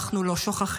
אנחנו לא שוכחים,